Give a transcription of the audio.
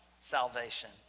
salvation